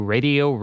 Radio